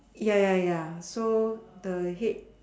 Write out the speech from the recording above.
ya ya ya so the head